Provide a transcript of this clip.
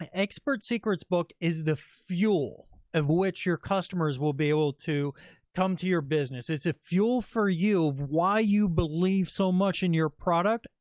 and expert secrets book is the fuel of which your customers will be able to come to your business. it's a fuel for you, of why you believe so much in your product,